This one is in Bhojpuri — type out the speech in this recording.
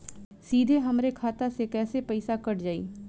सीधे हमरे खाता से कैसे पईसा कट जाई?